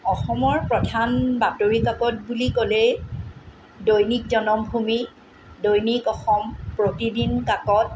অসমৰ প্ৰধান বাতৰিকাকত বুলি ক'লে দৈনিক জনমভূমি দৈনিক অসম প্ৰতিদিন কাকত